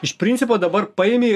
iš principo dabar paimi